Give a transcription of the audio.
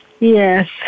Yes